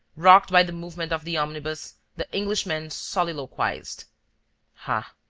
rocked by the movement of the omnibus, the englishman soliloquized ah,